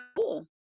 cool